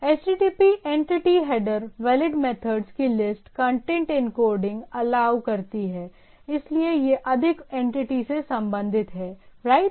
HTTP entity header valid methods की list content encoding allow करती है इसलिए ये अधिक एनटीटी से संबंधित हैं राइट